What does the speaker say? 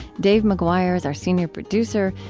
dave mcguire is our senior producer.